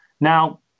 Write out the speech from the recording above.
Now